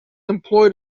employ